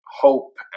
hope